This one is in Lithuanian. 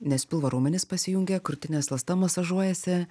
nes pilvo raumenys pasijungia krūtinės ląsta masažuojasi